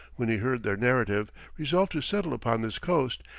when he heard their narrative, resolved to settle upon this coast,